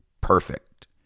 perfect